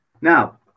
Now